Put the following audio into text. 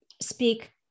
speak